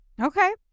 Okay